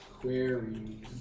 query